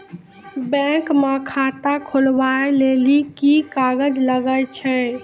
Bank म खाता खोलवाय लेली की की कागज लागै छै?